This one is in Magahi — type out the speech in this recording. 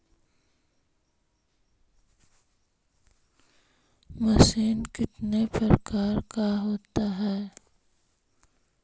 मशीन कितने प्रकार का होता है?